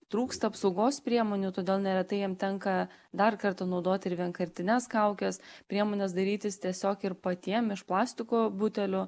trūksta apsaugos priemonių todėl neretai jiem tenka dar kartą naudoti ir vienkartines kaukes priemones darytis tiesiog ir patiem iš plastiko butelių